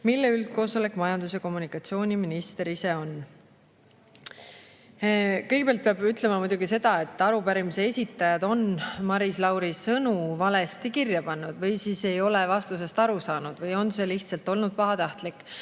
mille üldkoosolek majandus- ja kommunikatsiooniminister ise on?" Kõigepealt peab ütlema muidugi seda, et arupärimise esitajad on Maris Lauri sõnad valesti kirja pannud või ei ole tema vastusest aru saanud või on see lihtsalt olnud pahatahtlik.